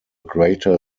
greater